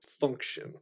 function